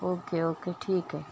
okay okay ठीक आहे